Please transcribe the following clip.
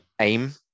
aim